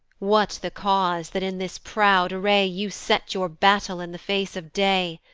what the cause that in this proud array you set your battle in the face of day?